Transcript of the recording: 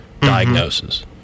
diagnosis